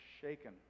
shaken